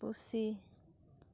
ᱯᱩᱥᱤ